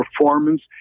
performance